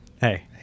Hey